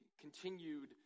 continued